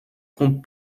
contes